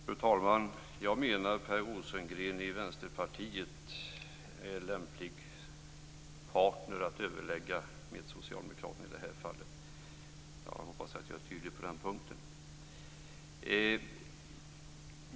Fru talman! Jag menar att Per Rosengren i Vänsterpartiet är en lämplig partner för Socialdemokraterna att överlägga med i det här fallet. Jag hoppas att jag är tydlig på den punkten.